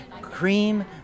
cream